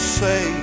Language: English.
say